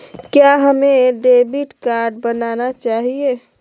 क्या हमें debit card बनाना चाहिए?